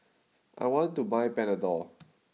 I want to buy Panadol